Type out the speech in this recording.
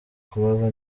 kabuza